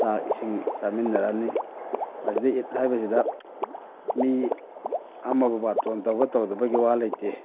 ꯆꯥꯛ ꯏꯁꯤꯡ ꯆꯥꯃꯤꯟꯅꯔꯅꯤ ꯃꯁꯤꯗ ꯏꯠ ꯍꯥꯏꯕꯁꯤꯗ ꯃꯤ ꯑꯃꯕꯨ ꯕꯥꯔꯇꯣꯟ ꯇꯧꯕ ꯇꯧꯗꯕꯒꯤ ꯋꯥ ꯂꯩꯇꯦ